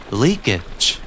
leakage